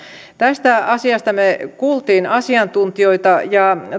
tästä asiasta me kuulimme asiantuntijoita ja